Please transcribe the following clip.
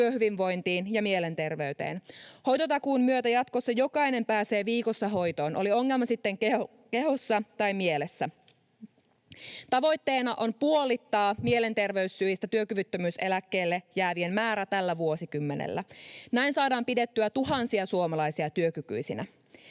työhyvinvointiin ja mielenterveyteen. Hoitotakuun myötä jatkossa jokainen pääsee viikossa hoitoon, oli ongelma sitten kehossa tai mielessä. Tavoitteena on puolittaa mielenterveyssyistä työkyvyttömyyseläkkeelle jäävien määrä tällä vuosikymmenellä. Näin saadaan pidettyä tuhansia suomalaisia työkykyisinä.